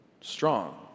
strong